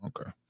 Okay